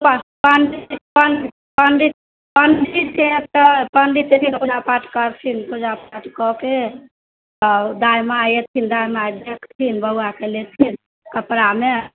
पं पं पं पण्डित पण्डितके पण्डित अयथिन तऽ पूजा पाठ करथिन पूजा पाठ कऽ के आओर दाइ माइ अयथिन दाइ माइ देखथिन बौआके लेथिन कपड़ामे